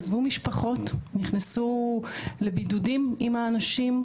עזבו משפחות ונכנסו לבידודים יחד עם האנשים.